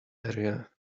area